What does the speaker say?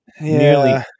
nearly